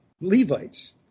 Levites